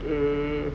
mm